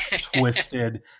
twisted